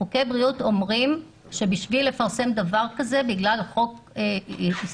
והם אומרים שבשביל לפרסם דבר כזה בגלל חוק איסור